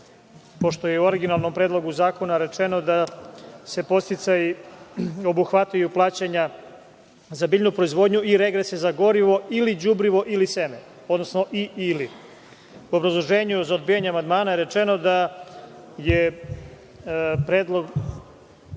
pošto je u originalnom Predlogu zakona rečeno da podsticaji obuhvataju plaćanja za biljnu proizvodnju i regrese za gorivo, ili đubrivo, ili seme, odnosno i, ili.U obrazloženju za odbijanje amandmana je rečeno da je predlog